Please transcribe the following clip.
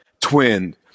twin